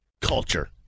culture